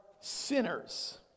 sinners